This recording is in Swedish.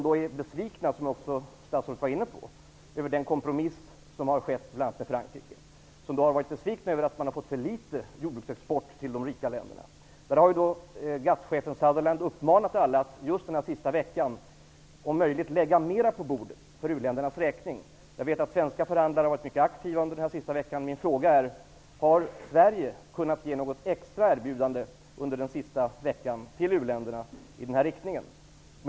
De är besvikna, vilket statsrådet också nämnde, över den kompromiss som har skett med bl.a. Frankrike. De är besvikna över att de har fått för liten andel av jordbruksexporten till de rika länderna. GATT chefen Sutherland har under den sista veckan uppmanat alla att om möjligt lägga mera på bordet för u-ländernas räkning. Jag vet att svenska förhandlare har varit mycket aktiva under den sista veckan. Har Sverige kunnat ge något extra erbjudande till u-länderna i den här riktningen den sista veckan?